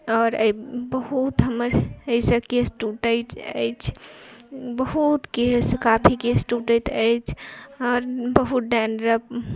आओर बहुत हमर एहिसँ केश टूटैत अछि बहुत केश काफी केश टूटैत अछि आओर बहुत डैन्ड्रफ